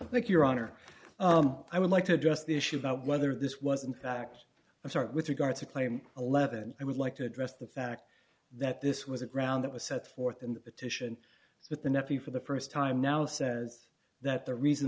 i think your honor i would like to address the issue about whether this was in fact a start with regard to claim eleven and i would like to address the fact that this was a ground that was set forth in the petition so that the nephew for the st time now says that the reason